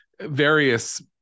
various